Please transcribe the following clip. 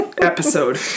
episode